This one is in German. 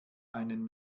einen